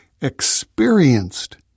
experienced